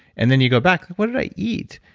and then you go back. what did i eat?